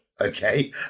okay